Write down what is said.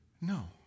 No